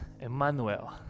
emmanuel